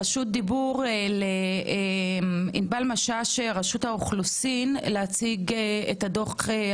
ראשית תודה גברתי על ההזדמנות להציג בפורום הרחב הזה